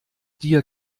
dir